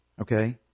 Okay